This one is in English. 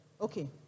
Okay